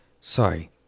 Sorry